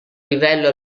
livello